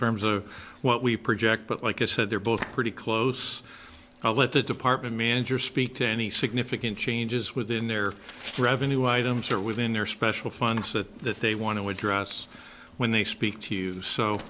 terms of what we project but like i said they're both pretty close i'll let the department manager speak to any significant changes within their revenue items or within their special funds that they want to address when they speak to you so